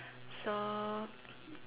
so